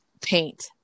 paint